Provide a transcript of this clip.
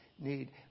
need